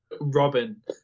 robin